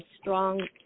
strong